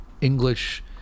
English